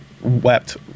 wept